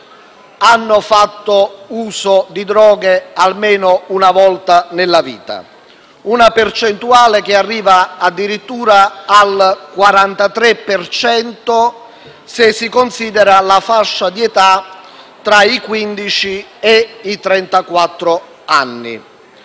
ha fatto uso di droghe almeno una volta nella vita. Una percentuale che arriva addirittura al 43 per cento se si considera la fascia di età tra i quindici e i